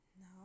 Now